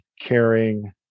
caring